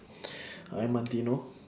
armantino